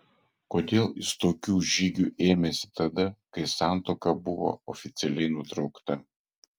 kodėl jis tokių žygių ėmėsi tada kai santuoka buvo oficialiai nutraukta